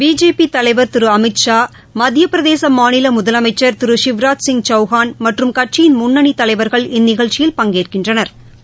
BJP தலைவர் திரு அமித்ஷா மத்திய பிரதேச மாநில முதலமைச்சர் திரு சிவ்ராஜ் சிங் சௌஹான் மற்றும் கட்சியின் முன்னணி தலைவாகள் இந்நிகழ்ச்சியில் பங்கேற்கின்றனா்